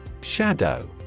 Shadow